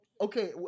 okay